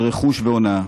של רכוש והונאה.